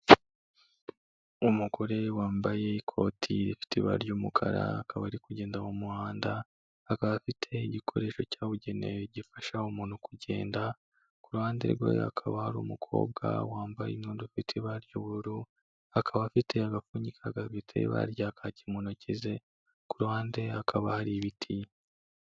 Umugore wambaye ikoti rifite ibara ry'umukara akaba ari kugenda mu muhanda, akaba afite igikoresho cyabugenewe gifasha umuntu kugenda, ku ruhande rwe hakaba hari umukobwa wambaye imyenda ifite ibara ry'ubururu, akaba afite agapfunyika gafite ibara rya kaki mu ntoki ze, ku ruhande hakaba hari ibiti.